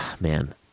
Man